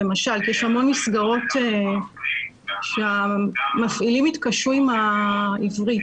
כי יש המון מסגרות שבהן המפעילים התקשו עם העברית.